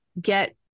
get